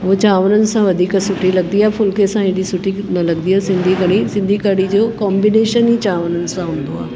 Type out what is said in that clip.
उहो चांवरनि सां वधीक सुठी लॻंदी आहे फुल्के सां हेॾी सुठी न लॻंदी आहे सिंधी कढ़ी सिंधी कढ़ी जो कोम्बीनेशन ई चांवरनि सां हूंदो आहे